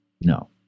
No